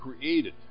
created